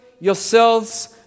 yourselves